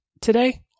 today